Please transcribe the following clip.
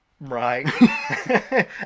right